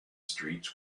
streets